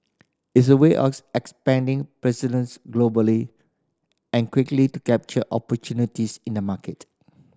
it's a way of expanding presence globally and quickly to capture opportunities in the market